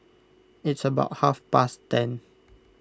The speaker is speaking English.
it's about half past ten